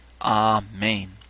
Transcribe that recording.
Amen